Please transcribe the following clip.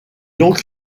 donc